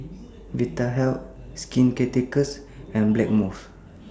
Vitahealth Skin Ceuticals and Blackmores